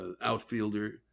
outfielder